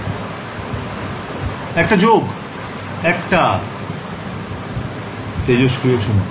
ছাত্র ছাত্রীঃ তেজস্ক্রিয় সীমা